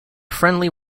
friendly